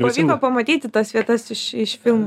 pavyko pamatyti tas vietas iš iš film